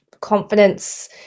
confidence